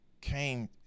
came